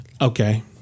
Okay